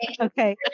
Okay